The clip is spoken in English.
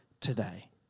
today